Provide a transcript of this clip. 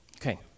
Okay